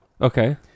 Okay